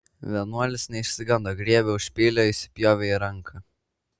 vienuolis neišsigando griebė už peilio įsipjovė ranką